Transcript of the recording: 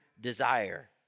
desire